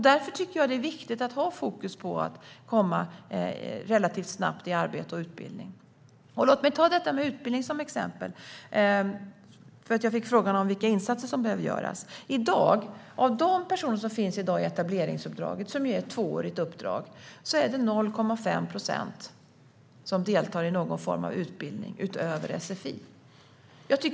Därför är det viktigt att ha fokus på att människor relativt snabbt ska komma i arbete och utbildning. Låt mig ta detta med utbildning som exempel. Jag fick frågan om vilka insatser som behöver göras. Av de personer som i dag finns i etableringsuppdraget, som är ett tvåårigt uppdrag, är det 0,5 procent som deltar i någon form av utbildning utöver sfi.